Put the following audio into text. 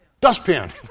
Dustpan